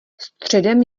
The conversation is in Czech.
středem